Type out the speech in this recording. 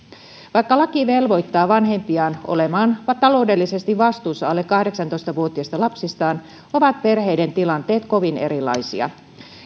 vaikka laki velvoittaa vanhempia olemaan taloudellisesti vastuussa alle kahdeksantoista vuotiaista lapsistaan ovat perheiden tilanteet kovin erilaisia